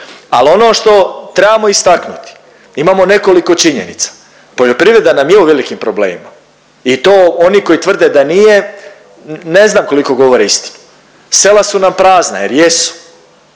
Ali ono što trebamo istaknuti, imamo nekoliko činjenica, poljoprivreda nam je u velikim problemima i to oni koji tvrde da nije ne znam koliko govore istinu. Sela su nam prazna jer jesu